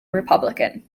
republican